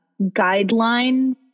guideline